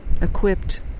equipped